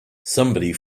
somebody